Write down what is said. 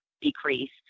decrease